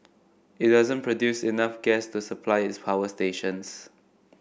it doesn't produce enough gas to supply its power stations